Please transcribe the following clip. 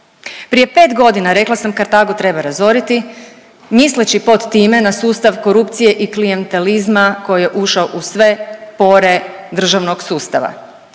Prije 5 godina rekla sam Kartagu treba razoriti misleći pod time na sustav korupcije i klijentelizma koji je ušao u sve pore državnog sustava,